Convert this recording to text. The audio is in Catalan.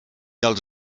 els